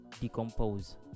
Decompose